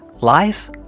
Life